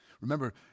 Remember